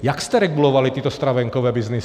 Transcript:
Jak jste regulovali tyto stravenkové byznysy?